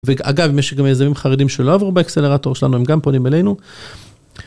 אגב, יש גם יזמים חרדים שלא עברו באקסלרטור שלנו, הם גם פונים אלינו.